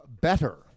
better